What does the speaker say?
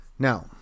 Now